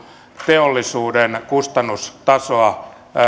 teollisuuden kustannustasoa